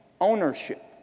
ownership